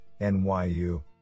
NYU